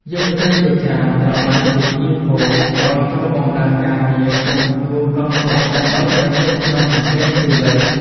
យុវជនជាច្រើនត្រូវបានគេកៀរគរឲ្យចូលបម្រើការងារក្នុងជួរកងទ័ពដើម្បីប្រយុទ្ធក្នុងសង្គ្រាមស៊ីវិល។